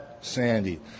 Sandy